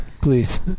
Please